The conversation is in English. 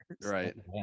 Right